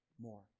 more